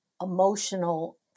emotional